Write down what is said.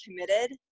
committed